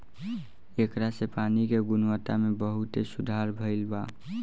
ऐकरा से पानी के गुणवत्ता में बहुते सुधार भईल बा